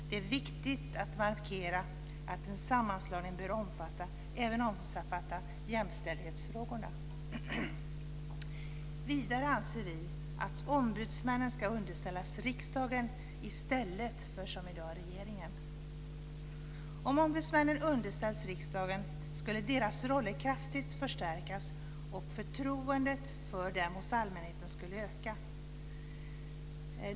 Det är viktigt att markera att en sammanslagning även bör omfatta jämställdhetsfrågorna. Vidare anser vi att ombudsmännen ska underställas riksdagen i stället för, som i dag, regeringen. Om ombudsmännen underställdes riksdagen skulle deras roller kraftigt förstärkas och förtroendet för dem hos allmänheten skulle öka.